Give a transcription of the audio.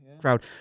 crowd